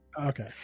Okay